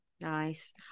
Nice